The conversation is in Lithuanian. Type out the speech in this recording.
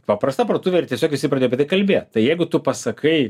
paprasta parduotuvė ir tiesiog visi pradėjo apie tai kalbėt tai jeigu tu pasakai